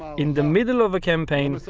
in the middle of a campaign,